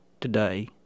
today